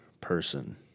person